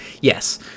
Yes